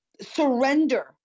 surrender